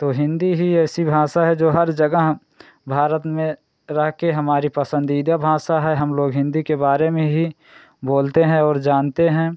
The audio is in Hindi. तो हिन्दी ही ऐसी भाषा है जो हर जगह भारत में रहकर हमारी पसंदीदा भाषा है हम लोग हिन्दी के बारे में ही बोलते हैं और जानते हैं